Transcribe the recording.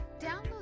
download